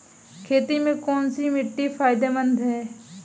खेती में कौनसी मिट्टी फायदेमंद है?